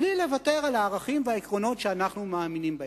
בלי לוותר על הערכים והעקרונות שאנו מאמינים בהם.